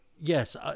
yes